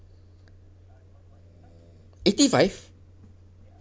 eighty five